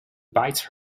bites